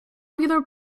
popular